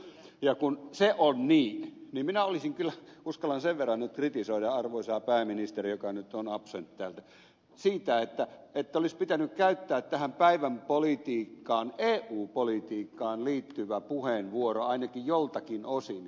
ja kun asia on niin niin minä olisin kyllä kritisoinut pääministeriä siitä uskallan sen verran nyt kritisoida arvoisaa pääministeriä joka nyt on absent täältä että olisi pitänyt käyttää tähän päivänpolitiikkaan eu politiikkaan liittyvä puheenvuoro ainakin joiltakin osin